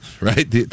Right